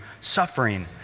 suffering